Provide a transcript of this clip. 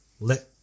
let